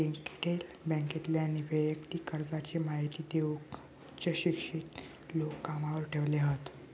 retail बॅन्केतल्यानी वैयक्तिक कर्जाची महिती देऊक उच्च शिक्षित लोक कामावर ठेवले हत